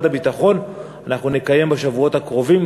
הביטחון אנחנו נקיים בשבועות הקרובים,